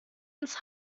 ins